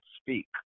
speak